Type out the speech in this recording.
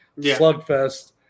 slugfest